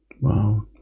wow